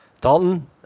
Dalton